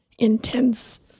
Intense